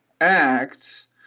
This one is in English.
acts